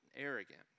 arrogant